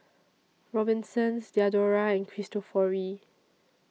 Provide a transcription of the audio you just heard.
Robinsons Diadora and Cristofori